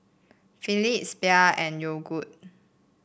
Philips Bia and Yogood